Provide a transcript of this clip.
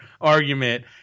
argument